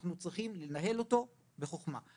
אנחנו צריכים לנהל אותו בחוכמה.